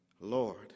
Lord